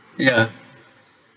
ya